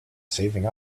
saving